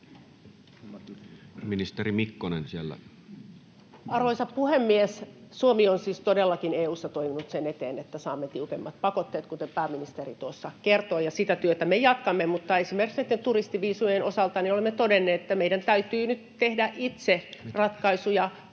Arvoisa puhemies! Suomi on siis todellakin EU:ssa toiminut sen eteen, että saamme tiukemmat pakotteet, kuten pääministeri tuossa kertoi, ja sitä työtä me jatkamme. Mutta esimerkiksi näitten turistiviisumien osalta olemme todenneet, että meidän täytyy nyt tehdä itse ratkaisuja,